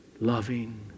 loving